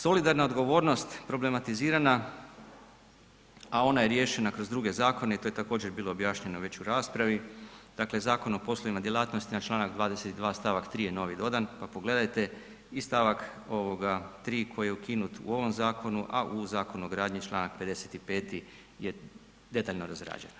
Solidarna odgovornost problematizirana, a ona je riješena kroz druge zakone i to je također bilo objašnjeno već u raspravi, dakle Zakon o poslovima i djelatnostima, čl. 22. st. 3. je novi dodan, pa pogledajte i st. 3. koji je ukinut u ovom zakonu, a u Zakonu o gradnji čl. 55. je detaljno razrađen.